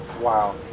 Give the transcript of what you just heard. wow